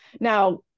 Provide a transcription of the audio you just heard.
Now